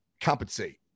compensate